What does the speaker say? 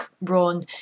run